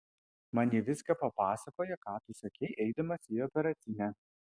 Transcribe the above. man ji viską papasakojo ką tu sakei eidamas į operacinę